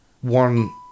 one